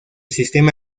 sistema